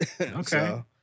Okay